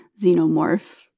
xenomorph